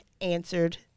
answered